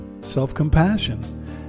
self-compassion